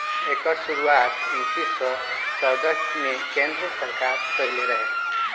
एकर शुरुआत उन्नीस सौ चौदह मे केन्द्र सरकार कइले रहे